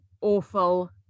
awful